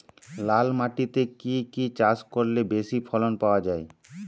লাল মাটিতে কি কি চাষ করলে বেশি ফলন পাওয়া যায়?